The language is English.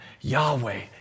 Yahweh